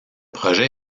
projet